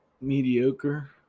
mediocre